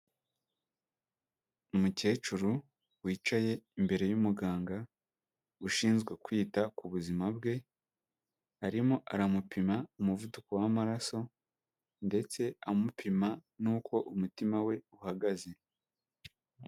Umukecuru wicaye imbere y'umuganga ushinzwe kwita ku buzima bwe, arimo aramupima umuvuduko w'amaraso ndetse amupima n'uko umutima we uhagaze.